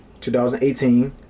2018